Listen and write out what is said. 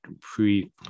pre